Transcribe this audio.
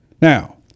Now